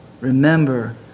Remember